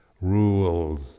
rules